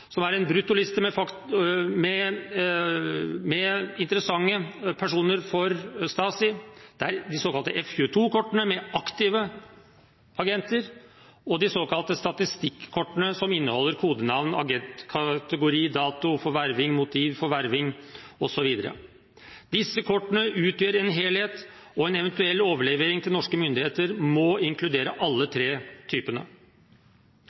som er en bruttoliste med interessante personer for Stasi, det er de såkalte F-22-kortene med aktive agenter, og det er de såkalte statistikkortene, som inneholder kodenavn, agentkategori, dato for verving, motiv for verving, osv. Disse kortene utgjør en helhet, og en eventuell overlevering til norske myndigheter må inkludere alle tre typene.